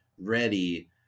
Ready